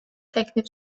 teklif